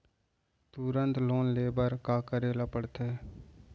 तुरंत लोन ले बर का करे ला पढ़थे?